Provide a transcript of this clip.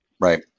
Right